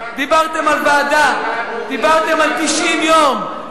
דיברתם על ועדה, דיברתם על 90 יום.